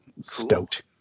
Stoked